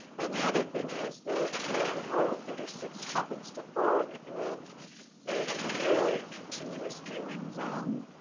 and the other thing is that r one three six happens to fall in a a nearly continuous viewing zone